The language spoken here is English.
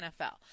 NFL